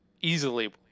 easily